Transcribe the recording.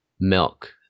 milk